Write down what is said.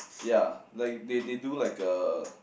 ya like they they do like a